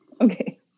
Okay